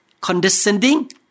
condescending